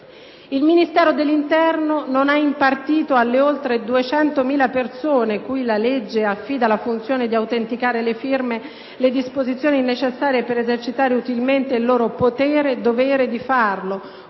Il Ministero dell'interno non ha impartito, alle oltre 200.000 persone cui la legge affida la funzione di autenticare le firme, le disposizioni necessarie per esercitare utilmente il loro potere e dovere di farlo.